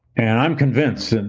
and i'm convinced,